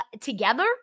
together